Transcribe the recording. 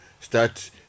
start